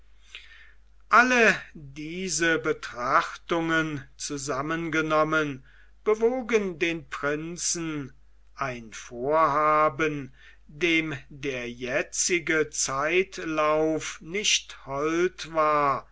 alle diese betrachtungen zusammengenommen bewogen den prinzen ein vorhaben dem der jetzige zeitlauf nicht hold war